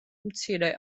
მცირე